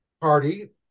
Party